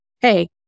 hey